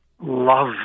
love